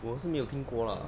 我是没有听过啦